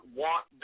want